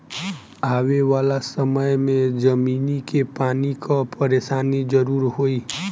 आवे वाला समय में जमीनी के पानी कअ परेशानी जरूर होई